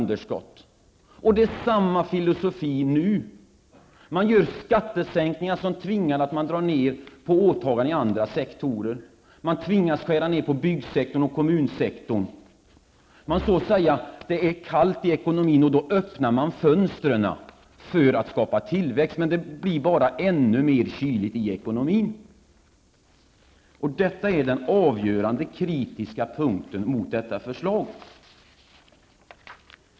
Det är samma filosofi nu: skattesänkningar införs som gör det nödvändigt att dra ner på åtaganden i andra sektorer, att skära ned i byggsektorn och kommunsektorn. Det är kallt i ekonomin, och då öppnar man fönstren för att skapa tillväxt, men det blir bara ännu mer kyligt i ekonomin. Detta är den avgörande kritiska punkten mot detta förslag.